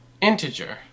Integer